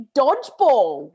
dodgeball